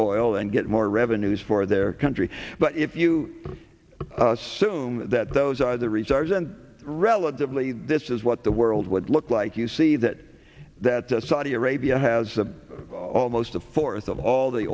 oil and get more revenues for their country but if you assume that those are the reserves and relatively this is what the world would look like you see that that the saudi arabia has almost a fourth of all the